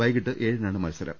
വൈകീട്ട് ഏഴിനാണ് മത്സരം